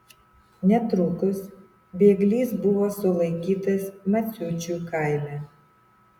netrukus bėglys buvo sulaikytas maciučių kaime